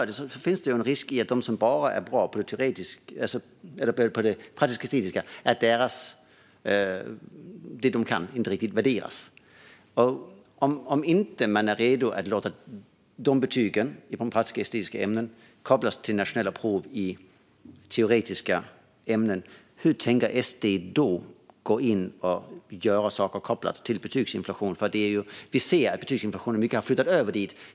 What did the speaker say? Det finns en risk för att det som elever som bara är bra på det praktiska eller estetiska kan inte riktigt värderas. Om man inte är redo att låta betygen i de praktiska och estetiska ämnena kopplas till nationella prov i teoretiska ämnen, hur tänker SD då gå in och göra saker kopplat till betygsinflation? Vi ser ju att betygsinflationen i stor utsträckning har flyttat över dit.